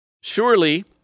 Surely